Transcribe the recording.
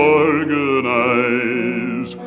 organize